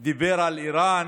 הוא דיבר על איראן,